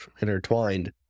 intertwined